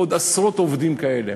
עוד עשרות עובדים כאלה.